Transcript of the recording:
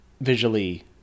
visually